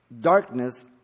darkness